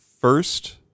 First